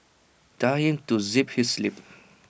tell him to zip his lip